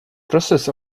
process